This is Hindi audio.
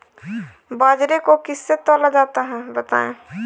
बाजरे को किससे तौला जाता है बताएँ?